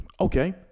Okay